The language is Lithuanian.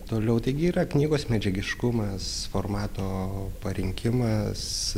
toliau tai gi yra knygos medžiagiškumas formato parinkimas